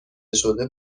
شده